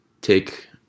take